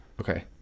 Okay